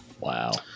Wow